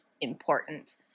important